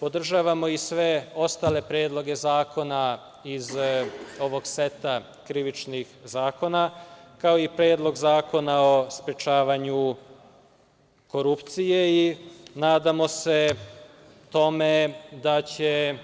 Podržavamo i sve ostale predloge zakona iz ovog seta krivičnih zakona, kao i Predlog zakona o sprečavanju korupcije i nadamo se tome da će